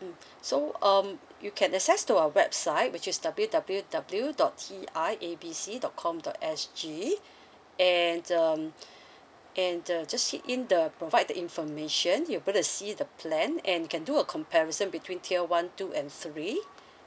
mm so um you can access to our website which is W W W dot T I A B C dot com dot S G and um and uh just hit in the provide the information you put uh see the plan and you can do a comparison between tier one two and three